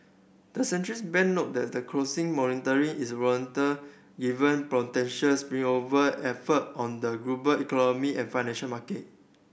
the centrals bank noted that the closing monitoring is warranted even potential spillover effect on the global economy and financial market